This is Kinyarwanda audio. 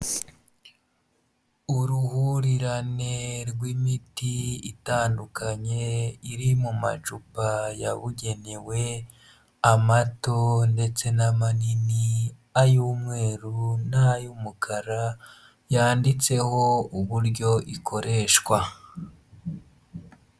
Uruhurirane rw'imiti itandukanye iri mu macupa yabugenewe, amato ndetse n'amanini, ay'umweru n'ay'umukara yanditseho uburyo ikoreshwa.